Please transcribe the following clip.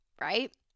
right